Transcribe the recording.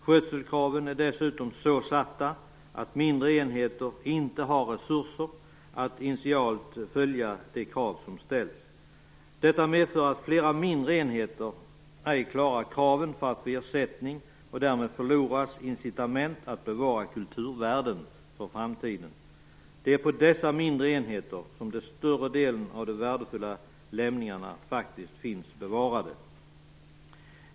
Skötselkraven är dessutom så satta att mindre enheter inte har resurser att initialt följa de krav som ställs. Detta medför att flera mindre enheter ej klarar kraven för att få ersättning. Därmed förloras incitament att bevara kulturvärden för framtiden. Det är på dessa mindre enheter som den större delen av de värdefulla lämningarna faktiskt finns bevarade.